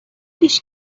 هیچ